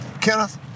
Kenneth